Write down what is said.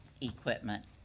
equipment